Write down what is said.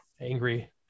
angry